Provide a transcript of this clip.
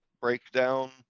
breakdown